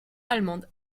allemande